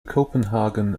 copenhagen